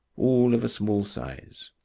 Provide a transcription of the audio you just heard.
all of a small size.